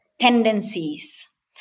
tendencies